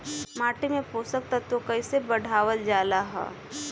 माटी में पोषक तत्व कईसे बढ़ावल जाला ह?